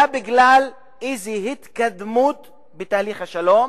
אלא בגלל איזה התקדמות בתהליך השלום,